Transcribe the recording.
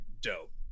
Dope